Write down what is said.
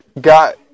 got